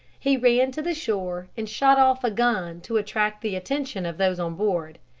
he ran to the shore and shot off a gun to attract the attention of those on board.